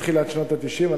מתחילת שנות ה-90.